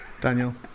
Daniel